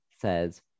says